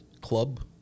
club